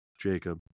Jacob